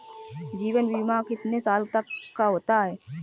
जीवन बीमा कितने साल तक का होता है?